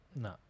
No